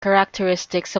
characteristics